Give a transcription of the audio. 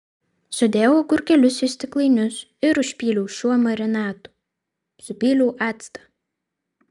sudėjau agurkėlius į stiklainius ir užpyliau šiuo marinatu supyliau actą